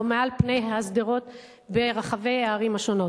או מעל פני השדרות ברחבי הערים השונות.